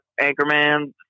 anchorman